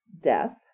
death